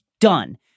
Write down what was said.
done